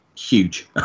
huge